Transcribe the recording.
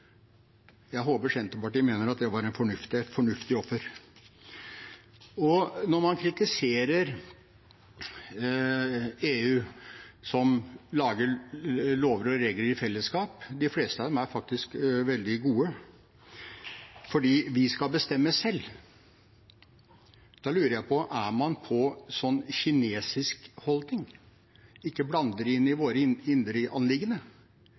Jeg håper Senterpartiet mener at det var et fornuftig offer. Når man kritiserer EU, som lager lover og regler i fellesskap – de fleste av dem er faktisk veldig gode – fordi vi skal bestemme selv, lurer jeg på om man har en sånn kinesisk holdning: ikke bland dere inn i våre indre